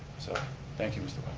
so thank you mr.